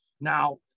Now